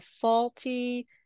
faulty